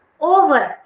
over